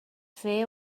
feia